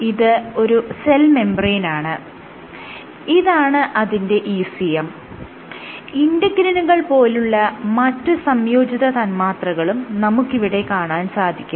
ഇത് ഒരു സെൽ മെംബ്രേയ്നാണ് ഇതാണ് അതിന്റെ ECM ഇന്റെഗ്രിനുകൾ പോലുള്ള മറ്റ് സംയോജിത തന്മാത്രകളും നമുക്കിവിടെ കാണാൻ സാധിക്കും